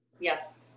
Yes